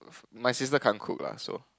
my sister can't cook ah so